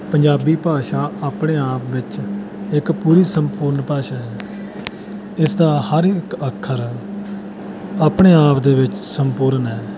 ਪੰਜਾਬੀ ਭਾਸ਼ਾ ਆਪਣੇ ਆਪ ਵਿੱਚ ਇੱਕ ਪੂਰੀ ਸੰਪੂਰਨ ਭਾਸ਼ਾ ਹੈ ਇਸ ਦਾ ਹਰ ਇੱਕ ਅੱਖਰ ਆਪਣੇ ਆਪ ਦੇ ਵਿੱਚ ਸੰਪੂਰਨ ਹੈ